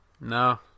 No